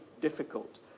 difficult